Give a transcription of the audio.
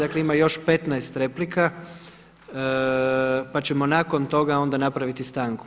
Dakle ima još 15 replika, pa ćemo nakon toga onda napraviti stanku.